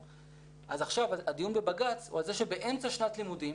הדיון בבג"צ הוא על זה שבאמצע שנת לימודים